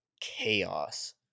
chaos